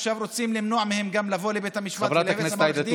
עכשיו רוצים למנוע מהם גם לבוא לבית המשפט ולהיוועץ עם עורך דין.